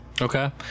Okay